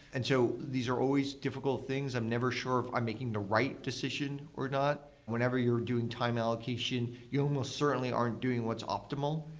and so these are always difficult things. i'm never sure if i'm making the right decision or not. whenever you're doing time allocation, you almost certainly aren't doing what's optimal.